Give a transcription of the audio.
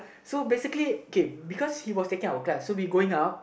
so basically K because he was taking our class so we going out